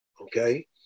okay